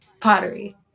pottery